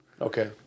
Okay